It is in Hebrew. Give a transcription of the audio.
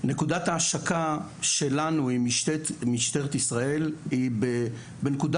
נקודת ההשקה שלנו עם משטרת ישראל היא בנקודה